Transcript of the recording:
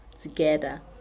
together